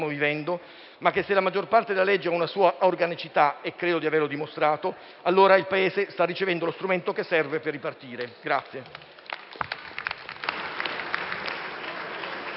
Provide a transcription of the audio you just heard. ma che se la maggior parte della legge ha una sua organicità - e credo di averlo dimostrato - allora il Paese sta ricevendo lo strumento che serve per ripartire.